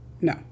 No